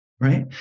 right